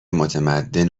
متمدن